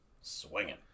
swinging